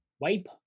Wipe